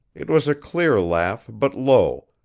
it was a clear laugh, but low,